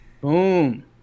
Boom